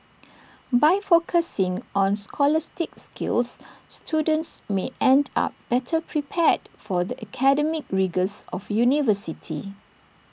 by focusing on scholastic skills students may end up better prepared for the academic rigours of university